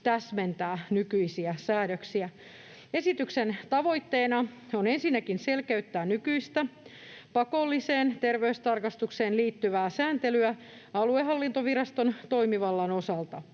täsmentää nykyisiä säädöksiä. Esityksen tavoitteena on ensinnäkin selkeyttää nykyistä, pakolliseen terveystarkastukseen liittyvää sääntelyä aluehallintoviraston toimivallan osalta.